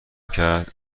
کرد